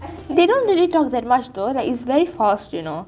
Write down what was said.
they don't really talk that much though like it's very forced you know